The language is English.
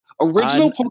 Original